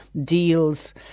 deals